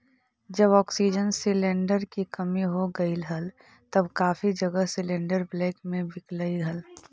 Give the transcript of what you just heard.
जब oxygen cylinder की कमी हो गईल हल तब काफी जगह सिलेंडरस ब्लैक में बिकलई हल